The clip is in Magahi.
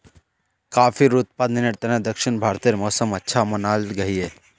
काफिर उत्पादनेर तने दक्षिण भारतेर मौसम अच्छा मनाल गहिये